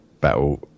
battle